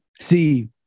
See